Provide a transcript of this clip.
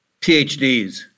PhDs